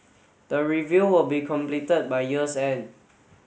the review will be completed by year's end